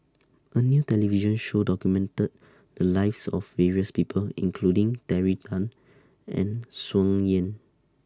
A New television Show documented The Lives of various People including Terry Tan and Tsung Yeh